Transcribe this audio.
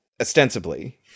ostensibly